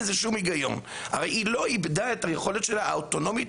יש לנו את הצוות כדי לממש.